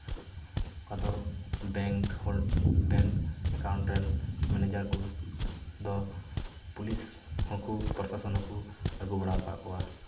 ᱟᱫᱚ ᱵᱮᱝᱠ ᱦᱳᱞ bank account ᱨᱮᱱ ᱢᱮᱱᱮᱡᱟᱨ ᱠᱚ ᱫᱚ ᱯᱩᱞᱤᱥ ᱦᱚᱸᱠᱚ ᱯᱚᱨᱥᱟᱥᱚᱱ ᱦᱚᱸᱠᱚ ᱟᱹᱜᱩ ᱵᱟᱲᱟᱣ ᱠᱟᱫ ᱠᱚᱣᱟ